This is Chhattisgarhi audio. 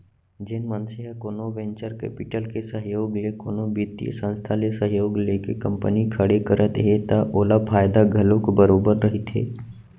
जेन मनसे ह कोनो वेंचर कैपिटल के सहयोग ले कोनो बित्तीय संस्था ले सहयोग लेके कंपनी खड़े करत हे त ओला फायदा घलोक बरोबर रहिथे